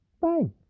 Fine